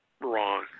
wrong